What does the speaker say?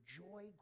joy